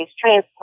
transplant